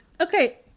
okay